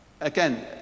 again